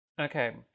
Okay